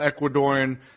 Ecuadorian